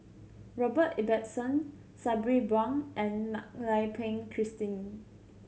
Robert Ibbetson Sabri Buang and Mak Lai Peng Christine